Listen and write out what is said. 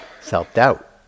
self-doubt